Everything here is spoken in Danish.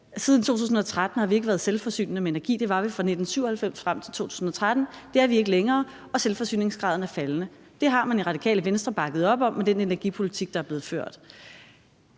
Siden 2013 har vi ikke været selvforsynende med energi. Det var vi fra 1997 frem til 2013. Det er vi ikke længere, og selvforsyningsgraden er faldende. Det har man i Radikale Venstre bakket op om med den energipolitik, der er blevet ført.